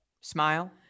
smile